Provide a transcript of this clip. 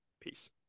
Peace